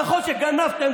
נכון שגנבתם,